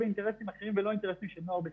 באינטרסים אחרים ולא באינטרסים של נוער בסיכון,